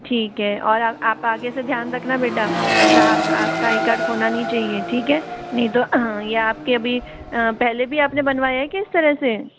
ठीक है और आप आप आगे से ध्यान रखना बेटा अपना आप आप आपका आई कार्ड खोना नहीं चाहिए ठीक है नहीं तो ये आपके अभी पहले भी आपने बनवाया है क्या इस तरह से